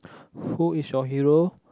who is your hero